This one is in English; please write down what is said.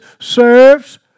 serves